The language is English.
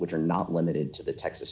which are not limited to the texas